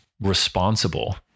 responsible